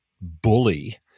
bully